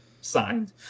signed